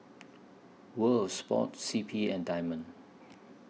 World Sports C P and Diamond